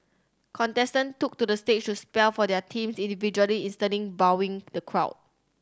contestant took to the stage to spell for their teams individually instantly wowing the crowd